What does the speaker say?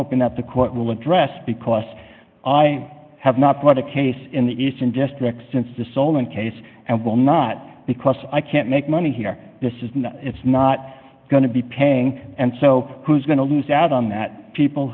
hoping that the court will address because i have not got a case in the eastern district since the solon case and will not because i can't make money here this is not it's not going to be paying and so who's going to lose out on that people